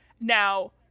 now